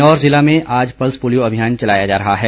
किन्नौर जिले में आज पल्स पोलियो अभियान चलाया जा रहा है